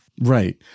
Right